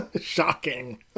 Shocking